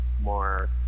more